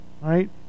right